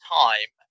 time